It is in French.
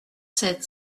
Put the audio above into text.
sept